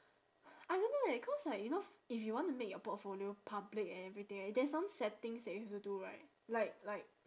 I don't know eh cause like you know if you want to make your portfolio public and everything right there's some settings that you have to do right like like